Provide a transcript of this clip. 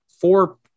four